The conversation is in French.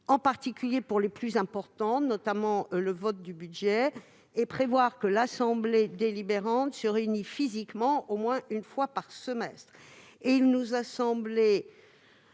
en particulier pour les décisions les plus importantes- je pense au vote du budget -, et prévoir que l'assemblée délibérante se réunisse physiquement au moins une fois par semestre.